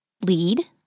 lead